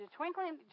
twinkling